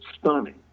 stunning